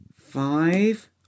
Five